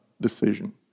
decision